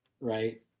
Right